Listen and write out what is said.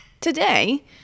Today